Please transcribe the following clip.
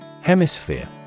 Hemisphere